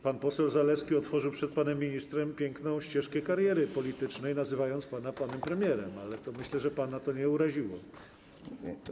Pan poseł Zalewski otworzył przed panem ministrem piękną ścieżkę kariery politycznej, nazywając pana premierem, ale myślę, że pana to nie uraziło.